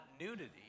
nudity